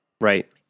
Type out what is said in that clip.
Right